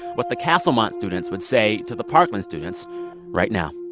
what the castlemont students would say to the parkland students right now